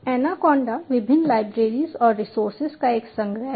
anaconda विभिन्न libraries और resources का एक संग्रह है